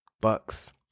bucks